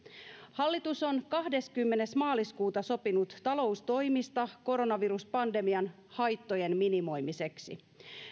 hallitus on kahdeskymmenes maaliskuuta sopinut taloustoimista koronaviruspandemian haittojen minimoimiseksi